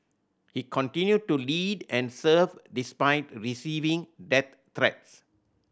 he continued to lead and serve despite receiving death threats